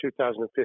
2015